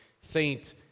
saint